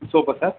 சோப்பா sir